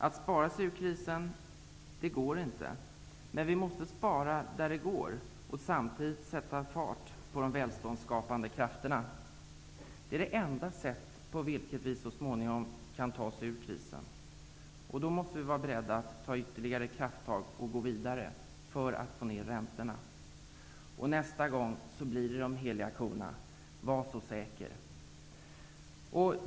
Att spara sig ur krisen går inte, men vi måste spara där det går och samtidigt sätta fart på de välståndsskapande krafterna. Det är det enda sätt på vilket vi så småningom kan ta oss ur krisen. Då måste vi vara beredda att ta ytterligare krafttag och gå vidare för att få ner räntorna. Nästa gång blir det de heliga korna, var så säker.